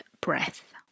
breath